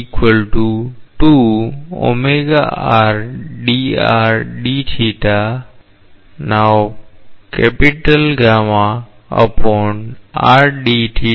DA માટે તે 0 છે